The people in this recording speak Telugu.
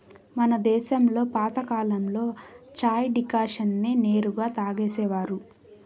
మన దేశంలో పాతకాలంలో చాయ్ డికాషన్ నే నేరుగా తాగేసేవారు